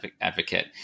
advocate